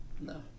no